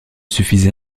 suffisait